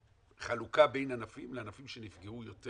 חלוקה בין ענפים לענפים שנפגעו יותר